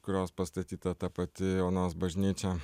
kurios pastatyta ta pati onos bažnyčia